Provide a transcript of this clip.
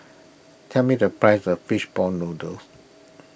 tell me the price of Fish Ball Noodles